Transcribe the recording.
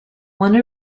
one